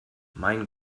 mein